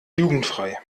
jugendfrei